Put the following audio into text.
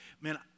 man